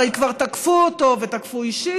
הרי כבר תקפו אותו ותקפו אישית,